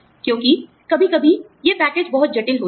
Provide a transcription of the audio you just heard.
क्योंकि कभी कभी ये पैकेज बहुत जटिल होते हैं